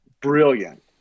brilliant